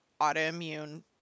autoimmune